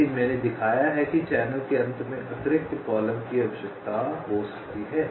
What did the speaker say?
लेकिन मैंने दिखाया है कि चैनल के अंत में अतिरिक्त कॉलम की आवश्यकता हो सकती है